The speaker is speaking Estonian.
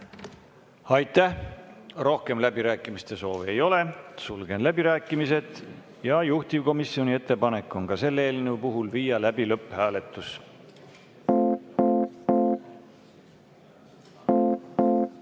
Aitäh! Rohkem läbirääkimiste soovi ei ole. Sulgen läbirääkimised. Juhtivkomisjoni ettepanek on ka selle eelnõu puhul viia läbi lõpphääletus. Austatud